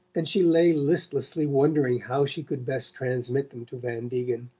and she lay listlessly wondering how she could best transmit them to van degen.